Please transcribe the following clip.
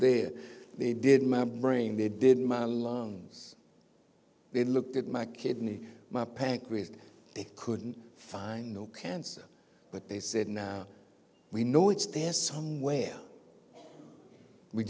there they did my brain they did my lungs they looked at my kidney my pack with they couldn't find no cancer but they said now we know it's there somewhere we